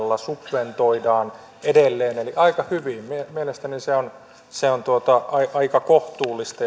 subventoidaan edelleen eli aika hyvin mielestäni se on se on aika kohtuullista